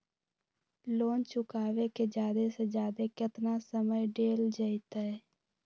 Loan चुकाबे के जादे से जादे केतना समय डेल जयते?